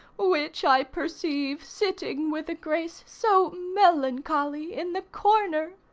which i perceive sitting with a grace so melancholy, in the corner?